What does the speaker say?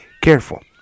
careful